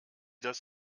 das